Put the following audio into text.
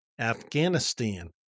Afghanistan